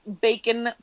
Bacon